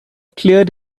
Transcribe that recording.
cleared